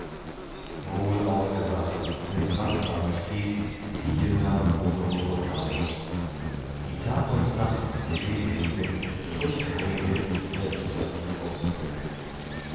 wohl aufgewacht sind wachsam stets die jünger buddho gotamos die tag und nacht beseligt sind durch heil'ges